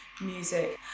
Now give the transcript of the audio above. music